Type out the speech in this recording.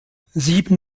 sieben